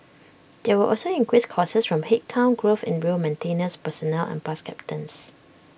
there were also increased costs from headcount growth in rail maintenance personnel and bus captains